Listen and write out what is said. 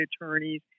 attorneys